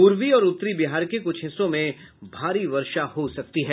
पूर्वी और उत्तरी बिहार के कुछ हिस्सों में भारी वर्षा हो सकती है